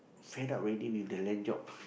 fed up already with the land job